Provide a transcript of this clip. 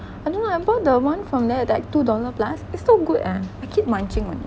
I don't remember the one from there they're like two dollar plus it's so good ah I keep munching on it